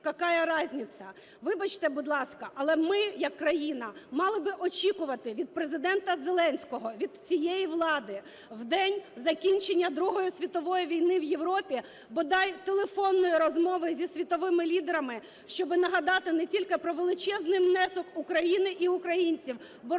ласка, але ми як країна мали би очікувати від Президента Зеленського, від цієї влади в день закінчення Другої світової війни в Європі бодай телефонної розмови зі світовими лідерами, щоб нагадати не тільки про величезний внесок України і українців